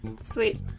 Sweet